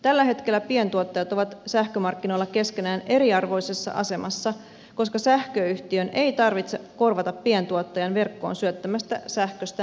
tällä hetkellä pientuottajat ovat sähkömarkkinoilla keskenään eriarvoisessa asemassa koska sähköyhtiön ei tarvitse korvata pientuottajan verkkoon syöttämästä sähköstä mitään